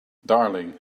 darling